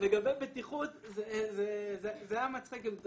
לגבי בטיחות, זה עצוב מאוד.